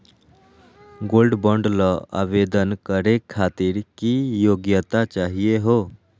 Gold bond ल आवेदन करे खातीर की योग्यता चाहियो हो?